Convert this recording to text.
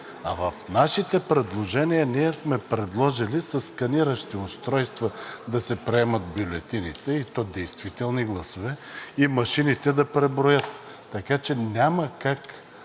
В нашите предложения ние сме предложили със сканиращи устройства да се приемат бюлетините, и то действителни гласове, и машините да преброят. Така че няма как